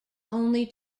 only